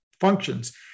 functions